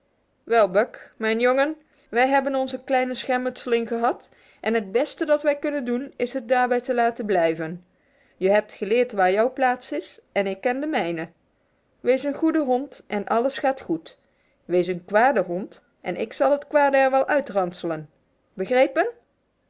wel buck mijn jongen wij hebben onze kleine schermutseling gehad en het beste dat wij kunnen doen is het daarbij te laten blijven je hebt geleerd waar jouw plaats is en ik ken de mijne wees een goede hond en alles gaat goed wees een kwade hond en ik zal het kwade er wel uitranselen begrepen